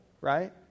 right